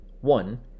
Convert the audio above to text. One